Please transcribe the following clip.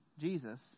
Jesus